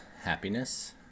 happiness